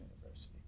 university